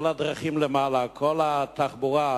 כל הדרכים למעלה, כל התחבורה.